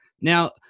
Now